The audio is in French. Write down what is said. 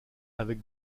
avec